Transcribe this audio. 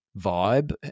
vibe